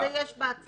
נכון, זה יש בהצעה.